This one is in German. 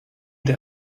der